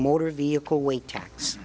motor vehicle weight tax